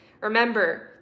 remember